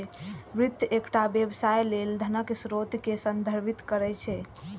वित्त एकटा व्यवसाय लेल धनक स्रोत कें संदर्भित करै छै